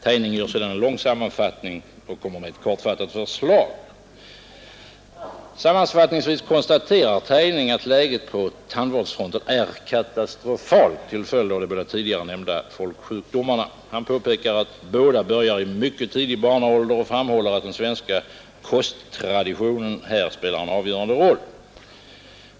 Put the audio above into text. Tejning gör sedan en lång sammanfattning och kommer med ett kortfattat förslag. Sammanfattningsvis konstaterar Tejning att läget på tandvårdsfronten är katastrofalt till följd av de båda tidigare nämnda folksjukdomarna. Han påpekar att båda börjar i mycket tidig barnaålder och framhåller att den svenska kosttraditionen här spelar en avgörande roll.